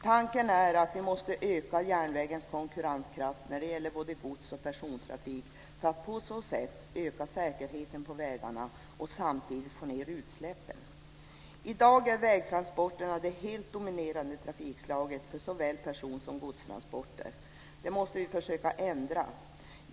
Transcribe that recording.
Tanken är att vi måste öka järnvägens konkurrenskraft när det gäller både gods och persontrafik för att på så sätt öka säkerheten på vägarna och samtidigt få ned utsläppen. I dag är vägtransporterna det helt dominerande trafikslaget för såväl person som godstransporter. Det måste vi försöka ändra.